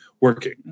working